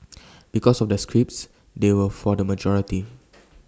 because of the scripts they were for the majority